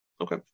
Okay